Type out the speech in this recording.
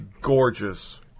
gorgeous